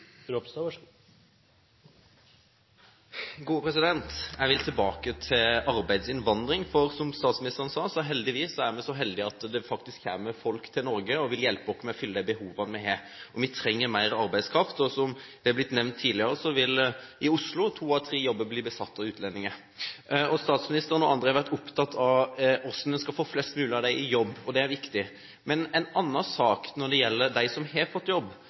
Norge og vil hjelpe oss med å fylle behovene vi har. Vi trenger mer arbeidskraft. Som det er blitt nevnt tidligere, vil to av tre jobber i Oslo bli besatt av utlendinger. Statsministeren og andre har vært opptatt av hvordan en skal få flest mulig av dem i jobb, og det er viktig. Men en annen sak gjelder dem som har fått jobb.